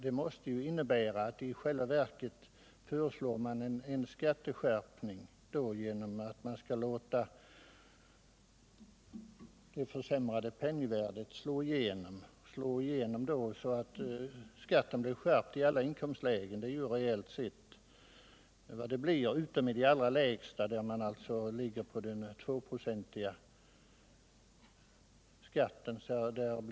Det måste innebära att man i själva verket föreslår en skatteskärpning genom att man skall låta det försämrade penningvärdet slå igenom, så att skatten blir skärpt i alla inkomstlägen. Det blir fallet utom i de allra lägsta inkomstskikten, där skatten ligger på 2 26.